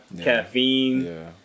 caffeine